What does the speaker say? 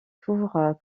tours